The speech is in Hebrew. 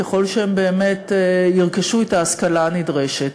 ככל שהם באמת ירכשו את ההשכלה הנדרשת.